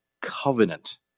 covenant